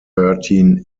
thirteen